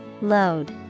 Load